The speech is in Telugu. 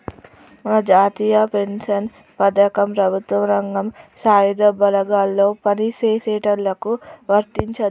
మన జాతీయ పెన్షన్ పథకం ప్రభుత్వ రంగం సాయుధ బలగాల్లో పని చేసేటోళ్ళకి వర్తించదు